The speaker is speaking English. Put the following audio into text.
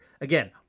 Again